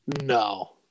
No